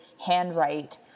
handwrite